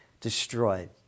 destroyed